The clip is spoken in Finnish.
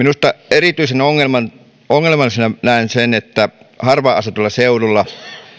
erityisenä ongelmana näen sen että harvaan asutuilla seuduilla